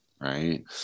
Right